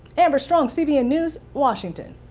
amber strong cbn news, washington.